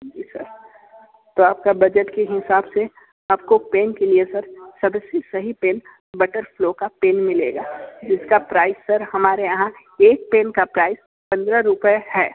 जी sir तो आपका budget के हिसाब से आप को पेन के लिए सर सब से सही पेन बटरफ्लो का पेन मिलेगा जिसका प्राइज़ सर हमारे यहाँ एक पेन का प्राइज़ पंद्रह रुपये है